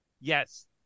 Yes